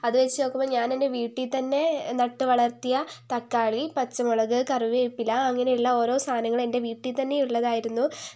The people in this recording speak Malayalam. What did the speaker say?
അതുവച്ച് നോക്കുമ്പോൾ ഞാൻ എൻ്റെ വീട്ടിൽത്തന്നെ നട്ടു വളർത്തിയ തക്കാളി പച്ചമുളക് കറിവേപ്പില അങ്ങിനെയുള്ള ഓരോ സാധനങ്ങളും എൻ്റെ വീട്ടിത്തന്നെ ഉള്ളതായിരുന്നു